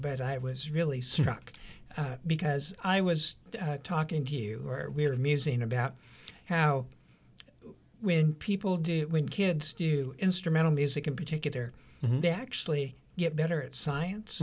but i was really struck because i was talking to you we were musing about how when people do when kids do instrumental music in particular they actually get better at science